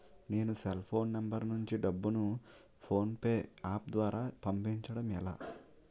నేను cell phone number నుంచి డబ్బును ను ఫోన్పే అప్ ద్వారా పంపించడం ఎలా?